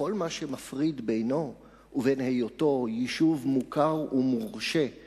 וכל מה שמפריד בינו ובין היותו יישוב מוכר ומורשה הוא